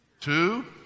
two